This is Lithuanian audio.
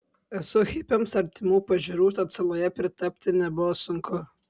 esu hipiams artimų pažiūrų tad saloje pritapti nebuvo sunku